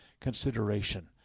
consideration